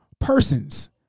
persons